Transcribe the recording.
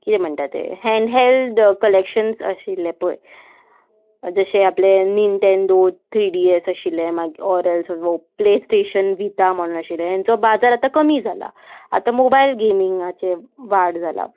किदें म्हणटा तें हँड हॅल्ड कलेक्शन्स आशिल्ले पय जशे आपले निनटॅनडो थ्री डी एस आशिल्ले मागीर ऑर एल्स प्ले स्टेशन विता म्हणून आशिल्ले हेंचो बाजार आतां कमी जाला आतां मोबायल गेमिंगाचे वाड जाला